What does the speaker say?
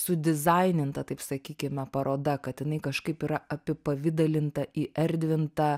sudizaininta taip sakykime paroda kad jinai kažkaip yra apipavidalinta įerdvinta